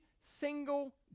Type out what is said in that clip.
single